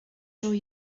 sure